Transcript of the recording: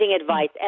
advice